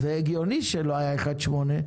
זה הגיוני שהמגבלה לא הייתה 1.8,